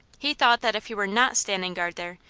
he thought that if he were not standing guard there,